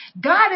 God